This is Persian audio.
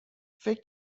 فکر